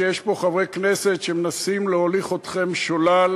שיש פה חברי כנסת שמנסים להוליך אתכם שולל,